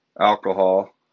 alcohol